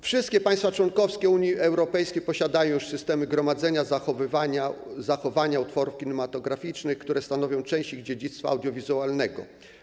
Wszystkie państwa członkowskie Unii Europejskiej posiadają już systemy gromadzenia, zachowywania utworów kinematograficznych, które stanowią część ich dziedzictwa audiowizualnego.